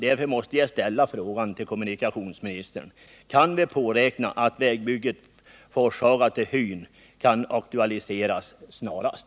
Därför måste jag ställa följande fråga till kommunikationsministern: Kan vi påräkna att vägbygget Forshaga-Hyn aktualiseras snarast?